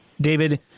David